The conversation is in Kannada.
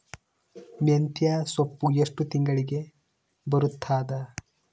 ಮೆಂತ್ಯ ಸೊಪ್ಪು ಎಷ್ಟು ತಿಂಗಳಿಗೆ ಬರುತ್ತದ?